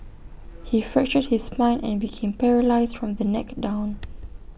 he fractured his spine and became paralysed from the neck down